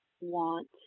want